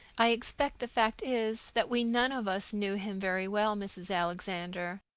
i expect the fact is that we none of us knew him very well, mrs. alexander.